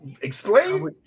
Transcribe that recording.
explain